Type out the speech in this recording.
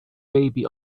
baby